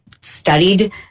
studied